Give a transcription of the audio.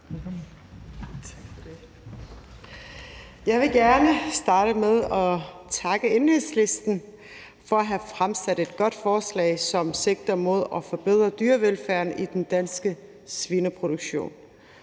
Jeg vil gerne starte med at takke Enhedslisten for at have fremsat et godt forslag, som sigter mod at forbedre dyrevelfærden i den danske svineproduktion.